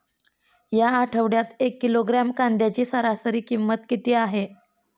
या आठवड्यात एक किलोग्रॅम कांद्याची सरासरी किंमत किती आहे?